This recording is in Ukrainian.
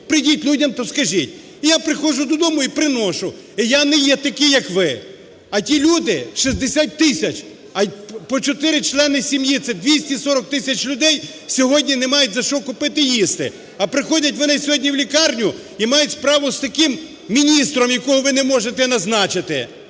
Прийдіть людям то скажіть. І я прихожу додому і приношу, і я не є такий, як ви. А ті люди – 60 тисяч, по чотири члени сім'ї – це 240 тисяч людей сьогодні не мають за що купити їсти. А приходять вони сьогодні в лікарню і мають справу з таким міністром, якого ви не можете назначити.